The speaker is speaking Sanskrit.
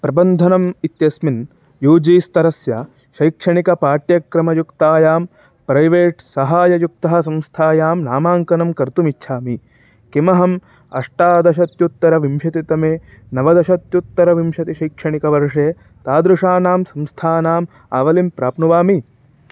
प्रबन्धनम् इत्यस्मिन् यू जी स्तरस्य शैक्षणिकपाठ्यक्रमयुक्तायां प्रैवेट् सहाययुक्तसंस्थायां नामाङ्कनं कर्तुमिच्छामि किमहम् अष्टादशत्युत्तरविंशतितमे नवदशत्युत्तरविंशतिशैक्षणिकवर्षे तादृशानां संस्थानाम् आवलिं प्राप्नुवानि